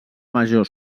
major